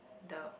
the